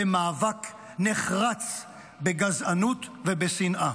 ומאבק נחרץ בגזענות ובשנאה.